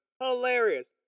hilarious